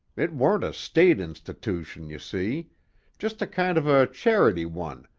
it warn't a state institootion, you see just a kind of a charity one,